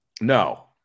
No